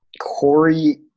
Corey